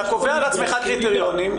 אתה קובע לעצמך קריטריונים.